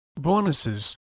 bonuses